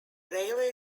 railway